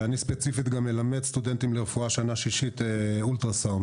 ואני ספציפית גם מלמד סטודנטים לרפואה שנה שישית אולטרסאונד.